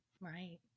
Right